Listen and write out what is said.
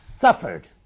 suffered